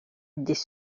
des